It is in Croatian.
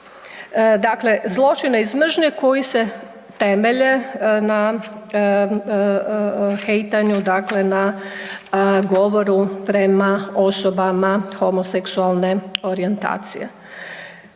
mržnje, zločine iz mržnje koji se temelje na hejtanju, na govoru prema osobama homoseksualne orijentacije.